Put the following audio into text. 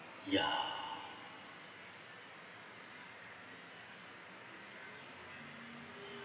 ya